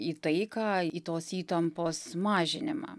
į taiką į tos įtampos mažinimą